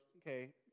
okay